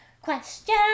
question